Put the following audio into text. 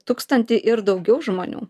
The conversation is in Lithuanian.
tūkstantį ir daugiau žmonių